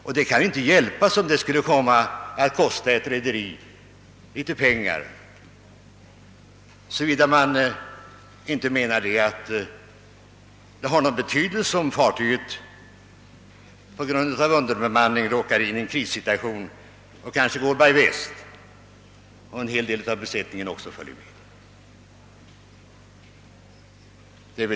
Och det kan inte hjälpas om det skulle komma att kosta ett rederi litet pengar, såvida man inte menar att det inte har någon betydelse om fartyget på grund av underbemanning råkar in i en krissituation och kanske går »by west» och en hel del av besättningen också följer med.